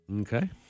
Okay